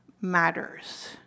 matters